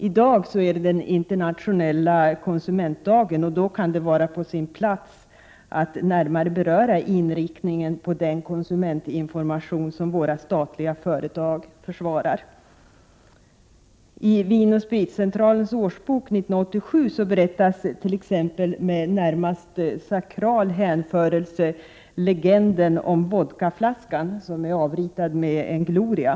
I dag är det den internationella konsumentdagen, och då kan det vara på sin plats att närmare beröra inriktningen på den konsumentinformation som våra statliga företag försvarar. I Vin & Spritcentralens årsbok 1987 berättas t.ex. med närmast sakral hänförelse ”legenden” om vodkaflaskan avritad med en gloria.